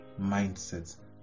mindsets